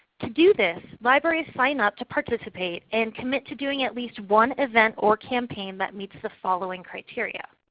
to do this, libraries sign up to participate and commit to doing at least one event or campaign that meets the following criteria.